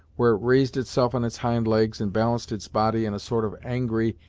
where it raised itself on its hind legs and balanced its body in a sort of angry,